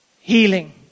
healing